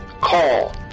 call